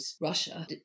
Russia